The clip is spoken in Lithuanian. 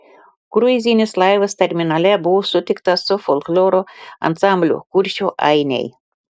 kruizinis laivas terminale buvo sutiktas su folkloro ansambliu kuršių ainiai